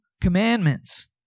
commandments